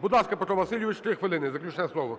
Будь ласка, Петро Васильович, 3 хвилини, заключне слово.